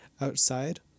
outside